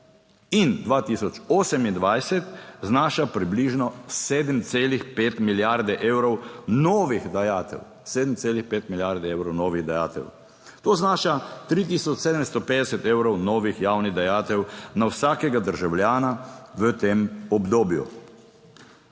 novih dajatev, 7,5 milijarde evrov novih dajatev. To znaša 3 tisoč 750 evrov novih javnih dajatev na vsakega državljana v tem obdobju,